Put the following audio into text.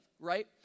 right